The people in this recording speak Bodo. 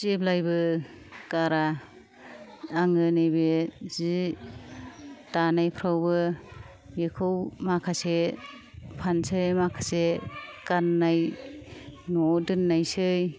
जेब्लायबो गारा आङो नैबे जि दानायफ्रावबो बेखौ माखासे फानसै माखासे गाननाय न'आव दोननायसै